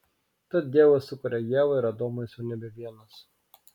tad dievas sukuria ievą ir adomas jau nebe vienas